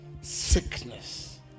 sickness